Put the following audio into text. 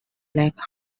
like